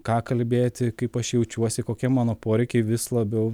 ką kalbėti kaip aš jaučiuosi kokie mano poreikiai vis labiau